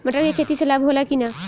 मटर के खेती से लाभ होला कि न?